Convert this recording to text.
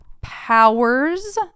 powers